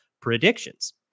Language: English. predictions